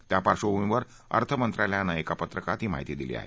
त्या पार्डभूमीवर अर्थमंत्रालयानं एका पत्रकात ही माहिती दिली आहे